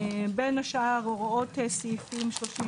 בין השאר, מדובר בהוראות סעיפים 34,